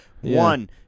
One